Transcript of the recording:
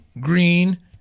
green